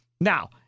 Now